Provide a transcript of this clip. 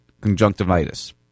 conjunctivitis